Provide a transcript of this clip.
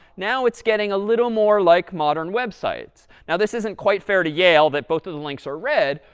now it's getting a little more like modern websites. now, this isn't quite fair to yale that both of the links are red,